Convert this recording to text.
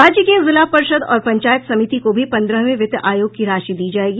राज्य के जिला पर्षद और पंचायत समिति को भी पन्द्रहवीं वित्त आयोग की राशि दी जायेगी